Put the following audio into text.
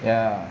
ya